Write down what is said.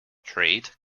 trade